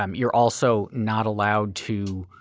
um you're also not allowed to